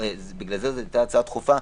ובגלל זה זו הייתה הצעה דחופה,